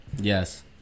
yes